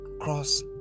cross